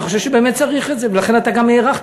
אתה חושב שבאמת צריך את זה ולכן אתה גם נערכת,